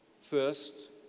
First